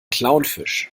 clownfisch